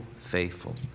faithful